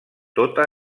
tota